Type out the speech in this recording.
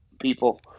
people